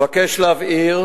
אבקש להבהיר